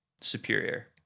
superior